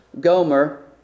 Gomer